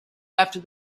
after